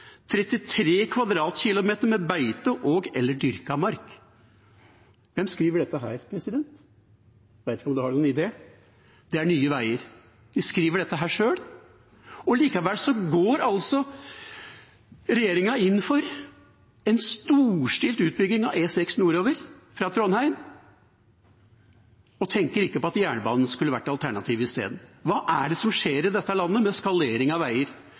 33 km 2 med beite og/eller dyrket mark Hvem skriver dette, president? Jeg vet ikke om du har noen idé? Det er Nye Veier. De skriver dette sjøl, og likevel går regjeringa inn for en storstilt utbygging av E6 nordover fra Trondheim og tenker ikke på at jernbanen skulle vært alternativet isteden. Hva er det som skjer i dette landet med skalering av veier?